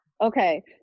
Okay